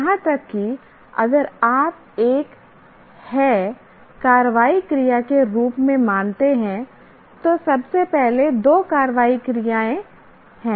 यहां तक कि अगर आप एक "है" कार्रवाई क्रिया के रूप में मानते हैं तो सबसे पहले 2 कार्रवाई क्रियाएं हैं